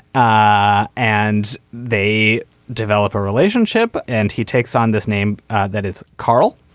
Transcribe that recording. ah and they develop a relationship and he takes on this name that is karl.